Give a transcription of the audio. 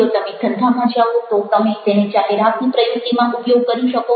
જો તમે ધંધામાં જાઓ તો તમે તેનો જાહેરાતની પ્રયુક્તિમાં ઉપયોગ કરી શકો